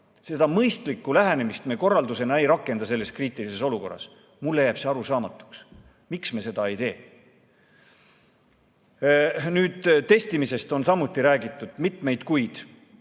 seda mõistlikku lähenemist me korraldusena ei rakenda selles kriitilises olukorras. Mulle jääb arusaamatuks, miks me seda ei tee. Testimisest on samuti räägitud mitmeid kuid.